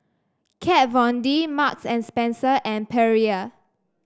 Kat Von D Marks and Spencer and Perrier